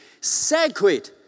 sacred